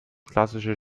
klassische